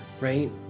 right